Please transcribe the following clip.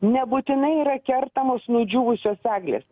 nebūtinai yra kertamos nudžiūvusios eglės